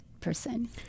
person